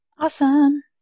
Awesome